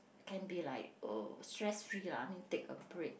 can be like oh stress free lah I mean take a break